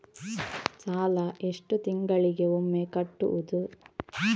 ಸಾಲ ಎಷ್ಟು ತಿಂಗಳಿಗೆ ಒಮ್ಮೆ ಕಟ್ಟುವುದು?